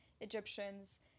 Egyptians